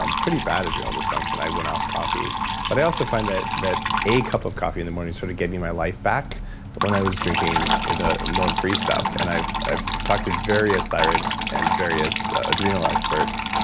um pretty bad adrenal disfunction, i went off coffee but i also find that that a cup of coffee in the morning sort of gave me my life back when i was drinking the free stuff. and i've i've talked to various thyroid and various adrenal experts,